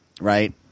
right